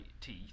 teeth